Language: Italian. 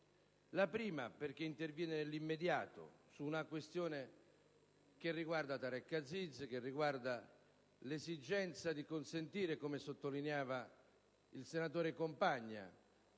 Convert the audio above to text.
La prima lo è perché interviene nell'immediato su una questione che riguarda Tareq Aziz, cioè l'esigenza di consentire, come sottolineava il senatore Compagna,